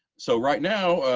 so right now,